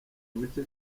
buke